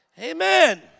Amen